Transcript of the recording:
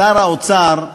שר האוצר,